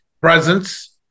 presence